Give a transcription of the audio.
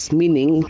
meaning